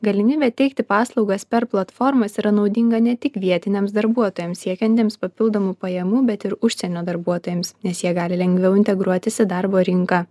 galimybė teikti paslaugas per platformas yra naudinga ne tik vietiniams darbuotojams siekiantiems papildomų pajamų bet ir užsienio darbuotojams nes jie gali lengviau integruotis į darbo rinką